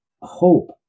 hope